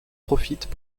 profitent